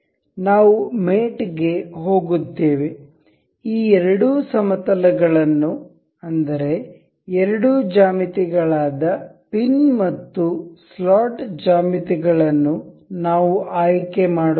ನಾವು ಮೇಟ್ ಗೆ ಹೋಗುತ್ತೇವೆ ಈ ಎರಡು ಸಮತಲಗಳನ್ನು ಅಂದರೆ ಎರಡು ಜ್ಯಾಮಿತಿ ಗಳಾದ ಪಿನ್ ಮತ್ತು ಸ್ಲಾಟ್ ಜ್ಯಾಮಿತಿ ಗಳನ್ನು ನಾವು ಆಯ್ಕೆ ಮಾಡುತ್ತೇವೆ